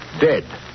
dead